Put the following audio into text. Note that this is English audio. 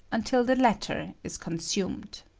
until the latter is consumed.